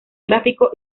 gráfico